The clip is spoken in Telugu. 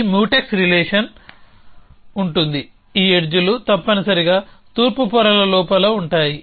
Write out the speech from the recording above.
ఈ మ్యూటెక్స్ రిలేషన్ ఉంటుందిఈ ఎడ్జ్ లు తప్పనిసరిగా తూర్పు పొరల లోపల ఉంటాయి